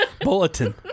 bulletin